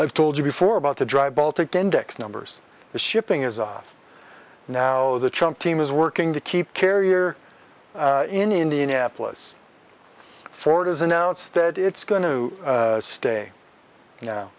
i've told you before about the dry baltic index numbers the shipping is now the chum team is working to keep carrier in indianapolis ford has announced that it's going to stay no